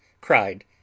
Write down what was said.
cried